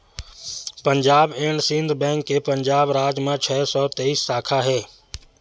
Punjab and Sindh bank के पंजाब राज म छै सौ तेइस साखा हे